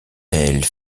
elle